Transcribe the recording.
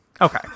Okay